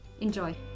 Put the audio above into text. Enjoy